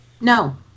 no